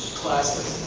classist,